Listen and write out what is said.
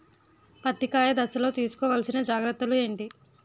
పత్తి కాయ దశ లొ తీసుకోవల్సిన జాగ్రత్తలు ఏంటి?